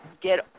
get